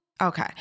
Okay